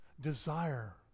desire